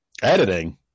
editing